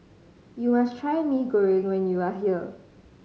you must try Mee Goreng when you are here